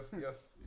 yes